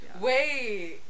wait